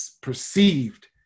perceived